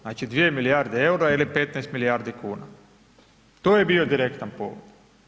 Znači 2 milijarde eura ili 15 milijardi kuna, to je bio direktan povod.